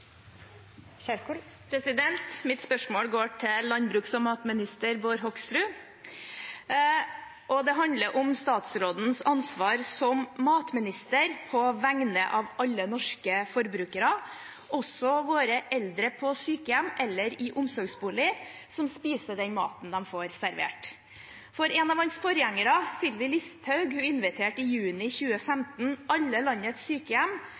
Mitt spørsmål går til landbruks- og matminister Bård Hoksrud. Det handler om statsrådens ansvar som matminister på vegne av alle norske forbrukere, også våre eldre på sykehjem eller i omsorgsbolig, som spiser den maten de får servert. En av hans forgjengere, Sylvi Listhaug, inviterte i juni 2015 alle landets sykehjem